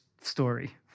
story